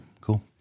cool